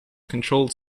controlled